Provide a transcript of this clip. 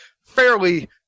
fairly